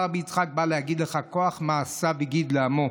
אמר רבי יצחק: "בא להגיד לך "כח מעשיו הגיד לעמו".